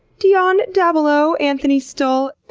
dionne dabelow, anthony stull.